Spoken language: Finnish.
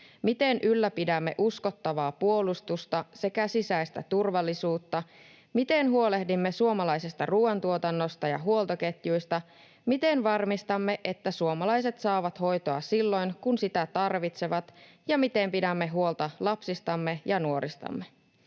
miten ylläpidämme uskottavaa puolustusta sekä sisäistä turvallisuutta, miten huolehdimme suomalaisesta ruoantuotannosta ja huoltoketjuista, miten varmistamme, että suomalaiset saavat hoitoa silloin kun sitä tarvitsevat, ja miten pidämme huolta lapsistamme ja nuoristamme?